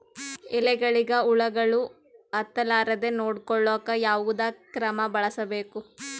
ಎಲೆಗಳಿಗ ಹುಳಾಗಳು ಹತಲಾರದೆ ನೊಡಕೊಳುಕ ಯಾವದ ಕ್ರಮ ಬಳಸಬೇಕು?